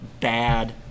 bad